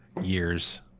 years